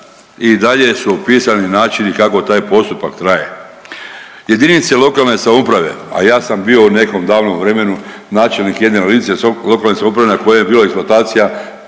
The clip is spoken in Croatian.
i dalje su opisani načini kako taj postupak traje. Jedinice lokalne samouprave, a ja sam bio u nekom davnom vremenu načelnike jedne jedince lokalne samouprave koja je bila eksploatacija